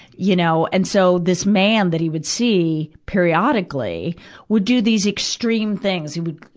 you know, and so, this man that he would see periodically would do these extreme things. he would,